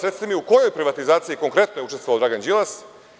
Recite mi u kojoj privatizaciji konkretno je učestovao Dragan Đilas.